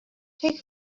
take